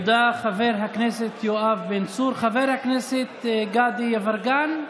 תודה לחבר הכנסת יואב בן צור.